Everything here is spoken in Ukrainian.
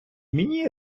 мені